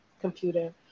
computer